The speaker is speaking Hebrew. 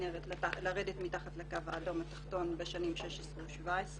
הכינרת לרדת מתחת לקו האדום התחתון בשנים 2016 ו-2017.